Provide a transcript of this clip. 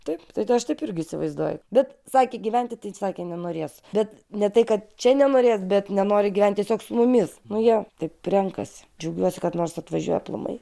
taip tai aš taip irgi įsivaizduoju bet sakė gyventi tai sakė nenorės bet ne tai kad čia nenorės bet nenori gyvent tiesiog su mumis nu jie taip renkasi džiaugiuos kad nors atvažiuoja aplamai